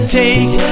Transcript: take